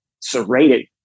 serrated